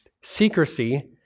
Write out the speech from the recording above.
Secrecy